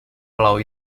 pulau